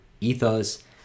ethos